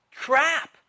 crap